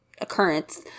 occurrence